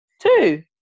Two